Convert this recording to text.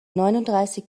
neununddreißig